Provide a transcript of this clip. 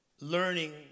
learning